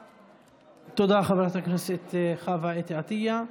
תודה, חברת הכנסת חוה אתי עטייה.